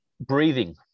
breathing